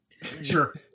sure